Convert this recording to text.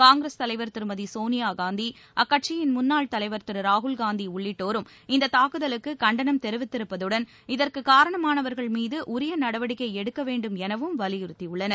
காங்கிரஸ் தலைவர் திருமதி சோனியாகாந்தி அக்கட்சியின் முன்னாள் தலைவர் திரு ராகுல்காந்தி உள்ளிட்டோரும் இந்தத் தாக்குதலுக்கு கண்டனம் தெரிவித்திருப்பதுடன் இதற்குக் காரணமானவர்கள் மீது உரிய நடவடிக்கை எடுக்க வேண்டும் எனவும் வலியுறத்தியுள்ளனர்